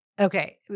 Okay